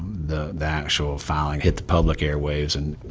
the the actual filing hit the public airwaves and, you